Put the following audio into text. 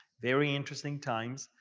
very interesting times.